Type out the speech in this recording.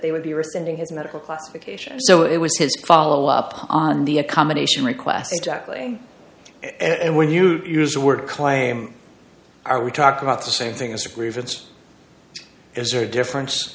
they would be responding his medical classification so it was his follow up on the accommodation request jackley and when you use the word claim are we talking about the same thing as a grievance is there a difference